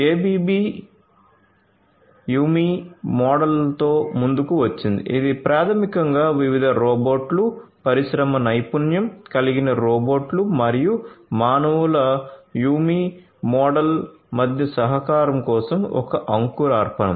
ABB మోడల్తో ముందుకు వచ్చింది ఇది ప్రాథమికంగా వివిధ రోబోట్లు పరిశ్రమ నైపుణ్యం కలిగిన రోబోట్లు మరియు మానవుల యుమి మోడల్ మధ్య సహకారం కోసం ఒక అంకురార్పణం